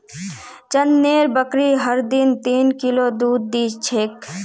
चंदनेर बकरी हर दिन तीन किलो दूध दी छेक